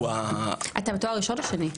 גבוהה היא ה- -- אתה בתואר ראשון או שני?